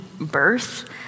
birth